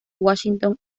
washington